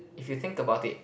if you think about it